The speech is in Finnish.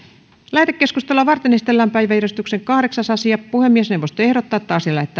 lähetekeskustelua varten esitellään päiväjärjestyksen yhdeksäs asia puhemiesneuvosto ehdottaa että